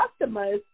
customers